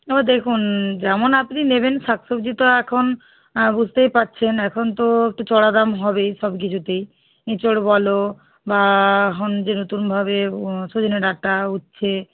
এবার দেখুন যেমন আপনি নেবেন শাকসবজি তো এখন বুঝতেই পারছেন এখন তো একটু চড়া দাম হবে সব কিছুতেই ইঁচড় বলো বা এখন যে নতুনভাবে সজনে ডাঁটা উচ্ছে